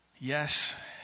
yes